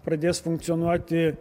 pradės funkcionuoti